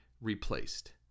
replaced